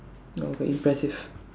oh but impressive